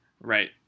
Right